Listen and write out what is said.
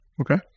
Okay